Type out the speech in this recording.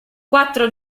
quattro